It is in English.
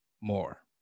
more